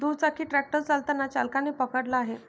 दुचाकी ट्रॅक्टर चालताना चालकाने पकडला आहे